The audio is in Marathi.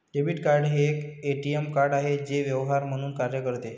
डेबिट कार्ड हे एक ए.टी.एम कार्ड आहे जे व्यवहार म्हणून कार्य करते